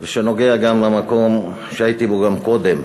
שנוגע גם למקום שהייתי בו גם קודם.